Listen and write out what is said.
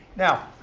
now,